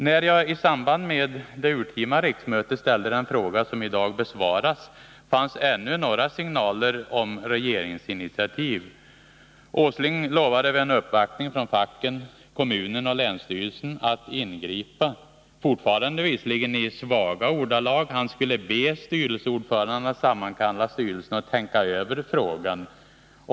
När jag i samband med det urtima riksmötet ställde den fråga som i dag besvaras var några signaler om regeringsinitiativ ännu aktuella. Herr Åsling lovade vid en uppvaktning från facken, kommunen och länsstyrelsen att ingripa — även om det fortfarande skedde i vaga ordalag: han skulle be styrelseordföranden att sammankalla styrelsen och tänka över frågan.